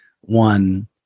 one